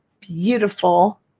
beautiful